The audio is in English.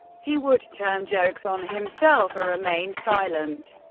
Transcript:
he would turn jokes on himself or remain silent.